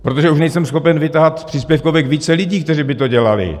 Protože už nejsem schopen vytahat z příspěvkovek více lidí, kteří by to dělali.